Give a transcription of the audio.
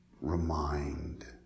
remind